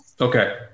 okay